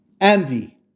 Envy